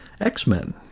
X-Men